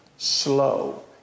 Slow